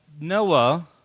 Noah